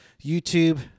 YouTube